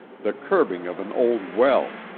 the curbing of an old well,